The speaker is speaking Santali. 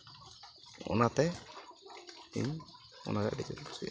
ᱚᱱᱟᱛᱮ ᱤᱧ ᱚᱱᱟᱜᱮ ᱟᱰᱤ ᱡᱳᱨᱤᱧ ᱠᱩᱥᱤᱭᱟᱜ ᱠᱟᱱᱟ